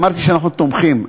אמרתי שאנחנו תומכים,